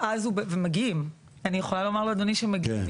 אני יכולה לומר לאדוני שמגיעים.